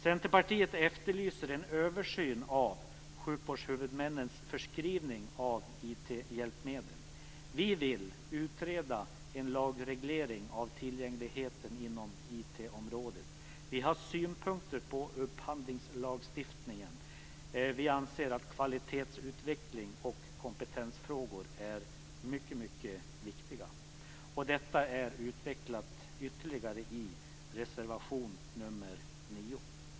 Centerpartiet efterlyser en översyn av sjukvårdshuvudmännens förskrivning av IT-hjälpmedel. Vi vill utreda en lagreglering av tillgängligheten inom IT-området. Vi har synpunkter på upphandlingslagstiftningen. Vi anser att kvalitetsutveckling och kompetensfrågor är mycket viktiga. Detta är utvecklat ytterligare i reservation 9.